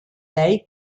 day